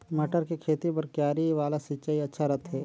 मटर के खेती बर क्यारी वाला सिंचाई अच्छा रथे?